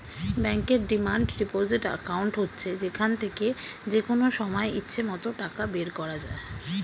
ব্যাংকের demand deposit account হচ্ছে যেখান থেকে যেকনো সময় ইচ্ছে মত টাকা বের করা যায়